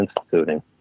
instituting